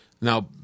Now